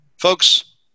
Folks